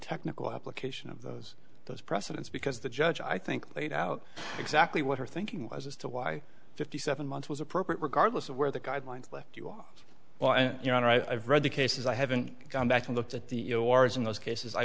technical application of those those precedents because the judge i think laid out exactly what her thinking was as to why fifty seven months was appropriate regardless of where the guidelines left you are well and your honor i've read the cases i haven't gone back and looked at the doors in those cases i